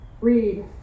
read